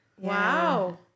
Wow